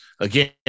again